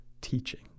teaching